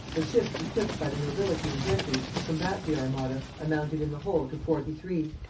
the ships equipped by the nobility and gentry to combat the armada amounted in the whole to forty-three,